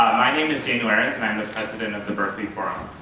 my name is daniel ahrens and i'm the president of the berkeley forum.